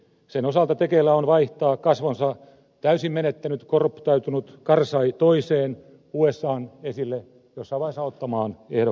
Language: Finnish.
sen osalta tekeillä on vaihtaa kasvonsa täysin menettänyt korruptoitunut karzai toiseen usan jossain vaiheessa esille ottamaan ehdokkaaseen